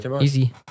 Easy